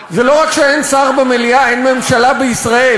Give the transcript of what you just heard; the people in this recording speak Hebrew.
זה לא רק שאין שר במליאה, אין ממשלה בישראל.